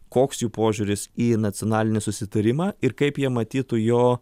koks jų požiūris į nacionalinį susitarimą ir kaip jie matytų jo